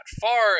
far